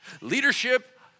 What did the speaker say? Leadership